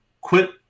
quit